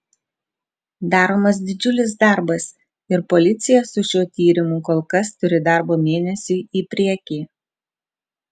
daromas didžiulis darbas ir policija su šiuo tyrimu kol kas turi darbo mėnesiui į priekį